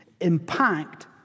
impact